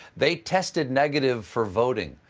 they tested negative for voting,